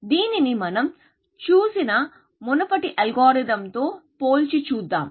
దీనిని మనం చూసిన మునుపటి అల్గారిథమ్తో పోల్చి చూద్దాం